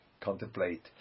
contemplate